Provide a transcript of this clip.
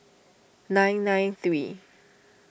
nine nine three